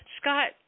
Scott